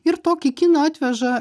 ir tokį kiną atveža